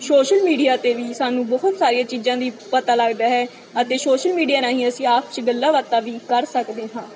social media 'ਤੇ ਵੀ ਸਾਨੂੰ ਬਹੁਤ ਸਾਰੀਆਂ ਚੀਜ਼ਾਂ ਦੀ ਪਤਾ ਲੱਗਦਾ ਹੈ ਅਤੇ ਸੋਸ਼ਲ ਮੀਡੀਆ ਰਾਹੀਂ ਅਸੀਂ ਆਪਸ 'ਚ ਗੱਲਾਂ ਬਾਤਾਂ ਵੀ ਕਰ ਸਕਦੇ ਹਾਂ